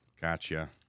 Gotcha